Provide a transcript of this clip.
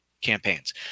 campaigns